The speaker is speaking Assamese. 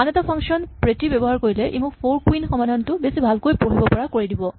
আন এটা ফাংচন প্ৰেটী ব্যৱহাৰ কৰিলে ই মোক ফ'ৰ কুইন ৰ সমাধান টো বেছি ভালকৈ পঢ়িব পৰা কৰি দিব